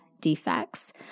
defects